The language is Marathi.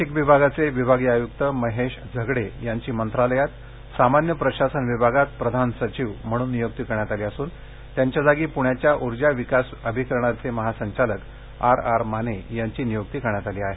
नाशिक विभागाचे विभागीय आय्क्त महेश झगडे यांची मंत्रालयात सामान्य प्रशासन विभागात प्रधान सचिव म्हणून निय्क्ती करण्यात आली असून त्यांच्या जागी पुण्याच्या ऊर्जा विकास आभिकरणाचे महासंचालक आर आर माने यांची नियुक्ती करण्यात आली आहे